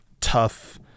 tough